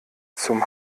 zum